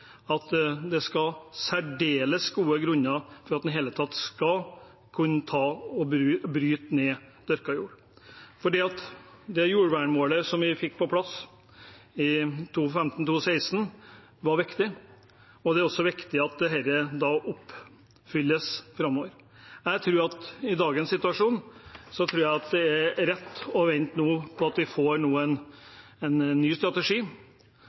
at det skal særdeles gode grunner til for at vi i det hele tatt skal kunne bryte ned dyrka jord. Det jordvernmålet vi fikk på plass i 2015–2016, var viktig, og det er viktig at dette oppfylles framover. Jeg tror at i dagens situasjon er det rett å vente til vi får en ny strategi framover, og jeg tror også det er viktig at den nye strategien gjennomgås på